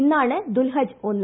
ഇന്നാണ് ദുൽഹജ് ഒന്ന്